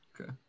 Okay